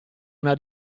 una